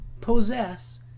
possess